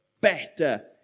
better